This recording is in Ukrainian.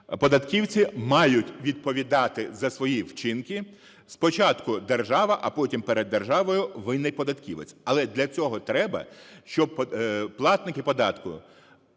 податківці мають відповідати за свої вчинки. Спочатку держава, а потім перед державою винний податківець. Але для цього треба, щоб платники податку